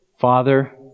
Father